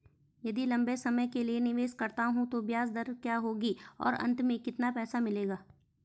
यदि लंबे समय के लिए निवेश करता हूँ तो ब्याज दर क्या होगी और अंत में कितना पैसा मिलेगा?